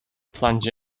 plunge